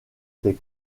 des